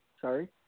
sorry